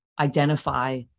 identify